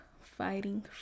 Fighting